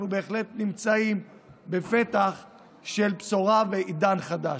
אנחנו בהחלט נמצאים בפתח של בשורה ועידן חדש.